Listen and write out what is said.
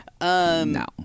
No